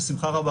בשמחה רבה.